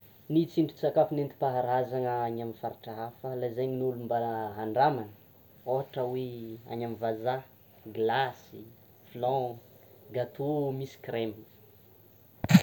Ny tsindrin-tsakafo nentim-paharazana any amin'ny faritra hafa lazaina ny ôlo mba handramany, ohatra hoe: any amin'ny vazaha glace, flan, gâteau misy crème.